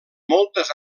moltes